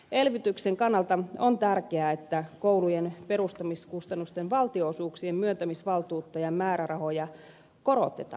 elvytyksen kannalta on tärkeää että koulujen perustamiskustannusten valtionosuuksien myöntämisvaltuutta ja määrärahoja korotetaan